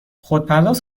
خودپرداز